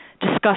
discuss